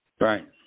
Right